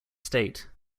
state